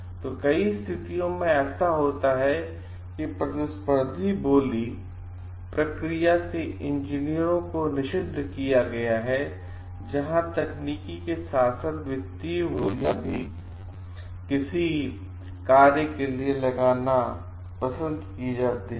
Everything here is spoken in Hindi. तो कई स्थितियों में ऐसा होता है कि प्रतिस्पर्धी बोली प्रक्रिया से इंजीनियरों को निषिद्ध किया है जहाँ तकनीकी के साथ साथ वित्तीय बोलियां भी किसी कार्य के लिए लगाना पसंद करती है